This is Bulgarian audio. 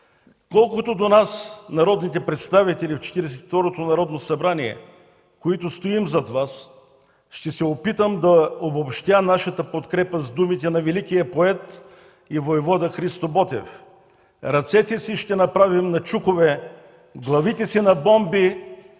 Колкото до нас – народните представители в Четиридесет и второто Народно събрание, които стоим зад Вас, ще се опитам да обобщя нашата подкрепа с думите на великия поет и войвода Христо Ботев: „Ръцете си ще направим на чукове, главите си на бомби,